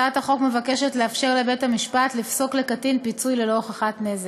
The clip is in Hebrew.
הצעת החוק מבקשת לאפשר לבית-המשפט לפסוק לקטין פיצוי ללא הוכחת נזק.